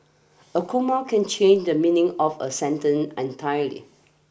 a comma can change the meaning of a sentence entirely